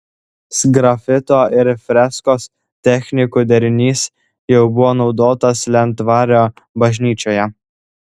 sgrafito ir freskos technikų derinys jau buvo naudotas lentvario bažnyčioje